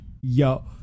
Yo